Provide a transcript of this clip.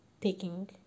taking